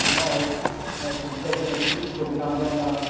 ᱱᱚᱜᱼᱚᱭ ᱠᱩᱝᱠᱟᱹᱞ ᱚᱱᱮ ᱴᱩᱠᱩᱡ ᱠᱚ ᱵᱮᱱᱟᱣ ᱫᱚ ᱚᱱᱟ